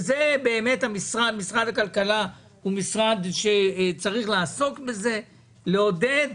משרד הכלכלה צריך לעודד